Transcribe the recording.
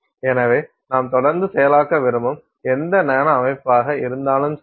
எனவே நாம் தொடர்ந்து செயலாக்க விரும்பும் எந்த நானோ அமைப்பாக இருந்தாலும் சரி